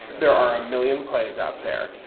there are a million plays out there.